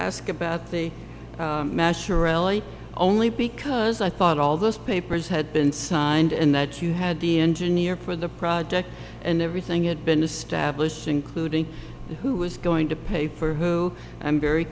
ask about the masher really only because i thought all those papers had been signed and that you had the engineer for the project and everything it been established including who was going to pay for who i'm very